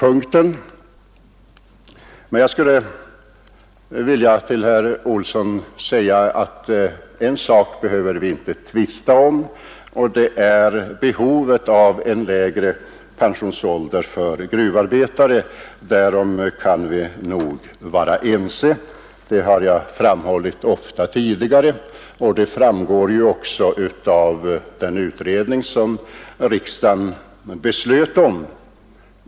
Men en sak, herr Olsson i Stockholm, behöver vi inte tvista om, nämligen behovet av en lägre pensionsålder för gruvarbetare. Behovet därav har jag ofta framhållit tidigare, och behovet framgår också av den utredning som riksdagen beslöt om.